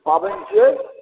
पाबनि छियै